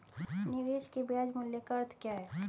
निवेश के ब्याज मूल्य का अर्थ क्या है?